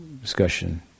discussion